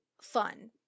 fun